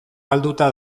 galduta